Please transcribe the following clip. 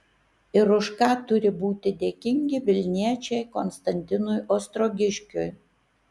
ir už ką turi būti dėkingi vilniečiai konstantinui ostrogiškiui